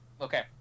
Okay